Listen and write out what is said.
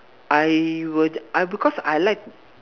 I would I because I like